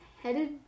headed